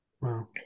Wow